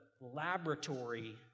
laboratory